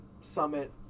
summit